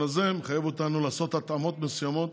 הזה מחייבים אותנו לעשות התאמות מסוימות